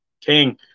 king